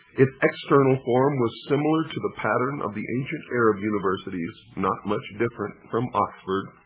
its external form was similar to the pattern of the ancient arab universities, not much different from oxford.